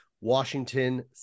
Washington